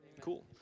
Cool